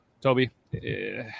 Toby